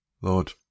Lord